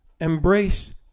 Embrace